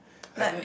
like